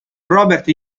robert